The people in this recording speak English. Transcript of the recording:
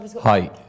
Hi